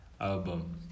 album